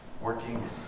working